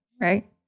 Right